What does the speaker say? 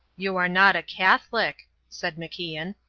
you are not a catholic, said macian.